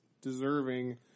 deserving